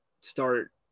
start